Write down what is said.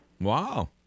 wow